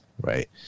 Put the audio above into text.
right